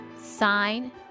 sign